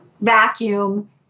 vacuum